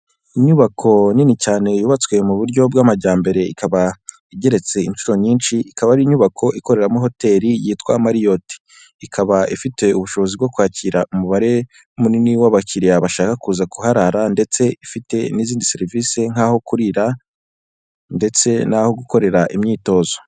Inyubako nini cyane yubatswe mu buryo bw'amajyambere ikaba igeretse inshuro nyinshi ikaba ari inyubako ikoreramo hoteli yitwa marriot ikaba ifite ubushobozi bwo kwakira umubare munini w'abakiliriya bashaka kuza kuharara ndetse ifite n'izindi serivisi nkaho kurira ndetse naho gukorera imyitozo.